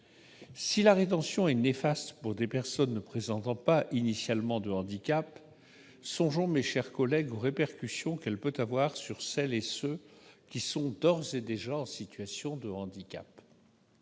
Si la rétention est néfaste pour des personnes ne présentant pas initialement de handicap, songeons aux répercussions qu'elle peut avoir sur celles et ceux qui sont, d'ores et déjà, en situation de handicap.